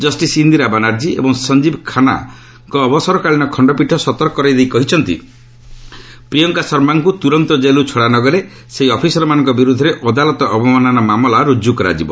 ଜଷିସ୍ ଇନ୍ଦିରା ବାନାର୍ଜୀ ଏବଂ ସଞ୍ଜୀବ ଖାନ୍ଦାଙ୍କ ଅବସରକାଳୀନ ଖଣ୍ଡପୀଠ ସତର୍କ କରାଇଦେଇ କହିଛନ୍ତି ପ୍ରିୟଙ୍କା ଶର୍ମାଙ୍କୁ ତୁରନ୍ତ ଜେଲ୍ରୁ ଛଡ଼ା ନଗଲେ ସେହି ଅଫିସରମାନଙ୍କ ବିରୁଦ୍ଧରେ ଅଦାଲତ ଅବମାନନା ମାମଲା ର୍ଚ୍ଚ କରାଯିବ